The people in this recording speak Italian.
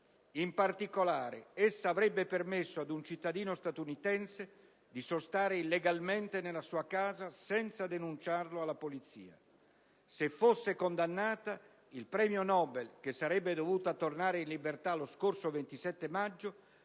In particolare, essa avrebbe permesso ad un cittadino statunitense di sostare illegalmente nella sua casa, senza denunciarlo alla polizia. Se fosse condannata, il premio Nobel, che sarebbe dovuta tornare in libertà lo scorso 27 maggio,